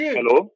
Hello